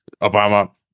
Obama